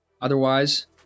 otherwise